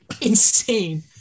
insane